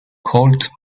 called